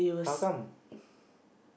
how come